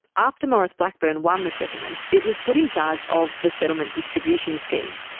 after maurice blackburn won the settlement, it was put in charge of the settlement distribution scheme,